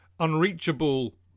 unreachable